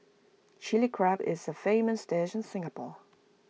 Chilli Crab is A famous dish in Singapore